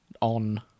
on